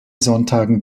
sonntagen